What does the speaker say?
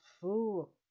fool